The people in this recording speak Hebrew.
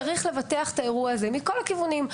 צריך לבטח את האירוע הזה מכל הכיוונים.